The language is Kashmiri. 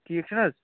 ٹھیٖک چھِنہٕ حظ